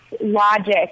logic